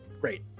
great